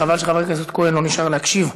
חבל שחבר הכנסת כהן לא נשאר להקשיב.